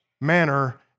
manner